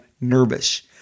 nervous